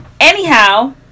Anyhow